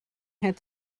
had